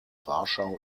warschau